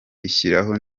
ishyiraho